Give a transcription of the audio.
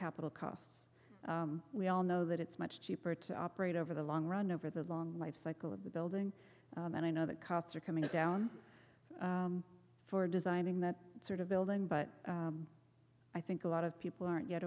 capital costs we all know that it's much cheaper to operate over the long run over the long lifecycle of the building and i know that costs are coming down for designing that sort of building but i think a lot of people aren't yet